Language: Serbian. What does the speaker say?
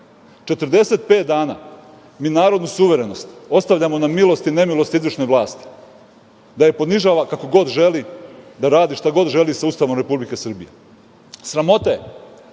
pet dana mi narodnu suverenost ostavljamo na milost i nemilost izvršnoj vlast, da je ponižava kako god želi, da radi šta god želi sa Ustavom Republike Srbije. Sramota je